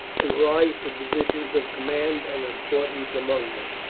and rise to positions of command and importance among them.